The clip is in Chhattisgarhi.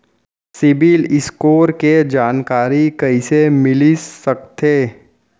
सिबील स्कोर के जानकारी कइसे मिलिस सकथे?